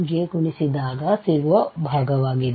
ಗೆ ಗುಣಿಸಿದಾಗ ಸಿಗುವ ಭಾಗವಾಗಿದೆ